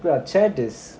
chat is